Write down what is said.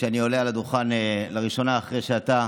כשאני עולה לראשונה אחרי שאתה